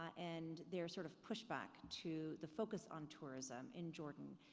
and there's sort of pushback to the focus on tourism in jordan.